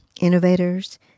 innovators